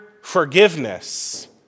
forgiveness